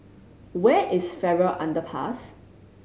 where is Farrer Underpass